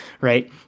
right